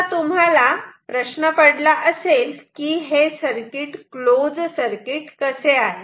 आणि आता तुम्हाला प्रश्न पडला असेल की हे सर्किट क्लोज सर्किट कसे आहे